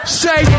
say